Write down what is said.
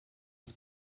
das